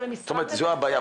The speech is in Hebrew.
זו הבעיה,